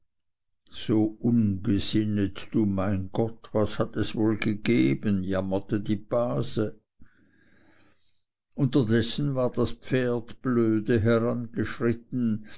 so ungesinnet du mein gott was hat es wohl gegeben jammerte die base unterdessen war das pferd blöde